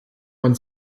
man